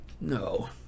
No